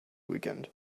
weekend